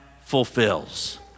fulfills